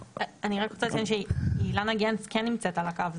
אני רק רוצה לציין שאילנה גנס כן נמצאת על הקו,